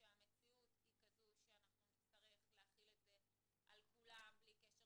שהמציאות היא כזו שאנחנו נצטרך להחיל זאת על כולם בלי קשר